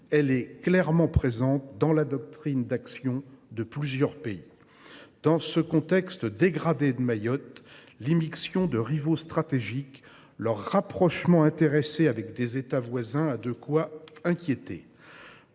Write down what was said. elle figure clairement dans la doctrine d’action de plusieurs pays. Dans le contexte dégradé de Mayotte, l’immixtion de rivaux stratégiques et leur rapprochement intéressé avec des États voisins ont de quoi inquiéter.